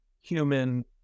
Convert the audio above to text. human